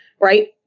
right